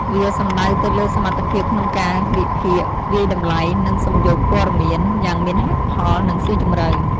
វាសំដៅទៅលើសមត្ថភាពក្នុងការ វិភាគ វាយតម្លៃ និងសំយោគព័ត៌មាន យ៉ាងមានហេតុផល និងស៊ីជម្រៅ។